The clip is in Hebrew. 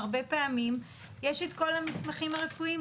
הרבה פעמים יש את כל המסמכים הרפואיים,